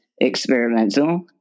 experimental